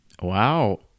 Wow